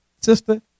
sister